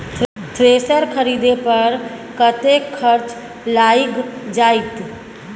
Thresher खरीदे पर कतेक खर्च लाईग जाईत?